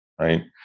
right